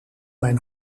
mijn